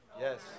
Yes